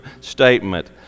statement